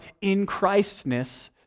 in-Christness